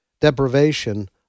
deprivation